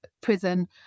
prison